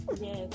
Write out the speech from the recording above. Yes